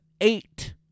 eight